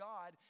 God